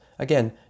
Again